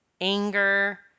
anger